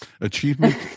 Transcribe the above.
Achievement